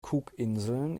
cookinseln